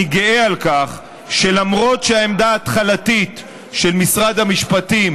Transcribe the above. אני גאה על כך שלמרות שהעמדה ההתחלתית של משרד המשפטים